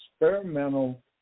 experimental